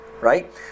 Right